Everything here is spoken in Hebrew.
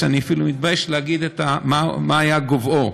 אני אפילו מתבייש להגיד מה היה גובהו.